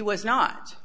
was not